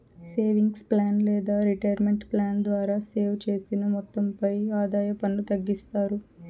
savings plan లేదా retirement plan ద్వారా save చేసిన మొత్తంపై ఆదాయ పన్ను తగ్గిస్తారు